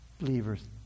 believers